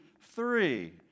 three